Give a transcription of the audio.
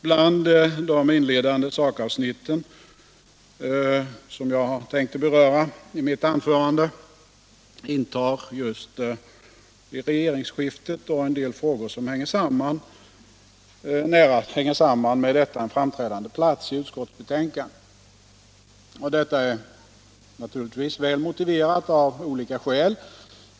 Bland de inledande sakavsnitt som jag tänkte beröra i mitt anförande intar just regeringsskiftet och en del frågor som hänger nära samman med detta en framträdande plats i utskottsbetänkandet. Det är naturligtvis väl motiverat av olika skäl.